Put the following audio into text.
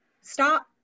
stop